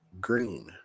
Green